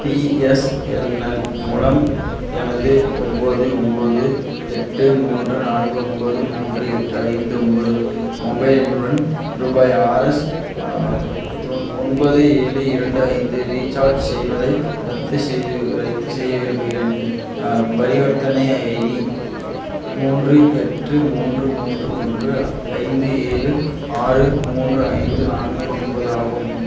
BSNL மூலம் எனது ஒன்போது ஒன்போது எட்டு மூன்று நான்கு ஒன்போது மூன்று எட்டு ஐந்து ஒன்போது மொபைல் எண்ணுடன் ரூபாய் ஆர்எஸ் துன் ஒன்பது ஏழு இரண்டு ஐந்து ரீசார்ஜ் செய்வதை ரத்து செய்து ரத்து செய்ய விரும்புகின்றேன் பரிவர்த்தனை ஐடி மூன்று எட்டு மூன்று மூன்று ஒன்று ஐந்து ஏழு ஆறு மூன்று ஐந்து நான்கு ஒன்பது ஆகும்